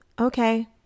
Okay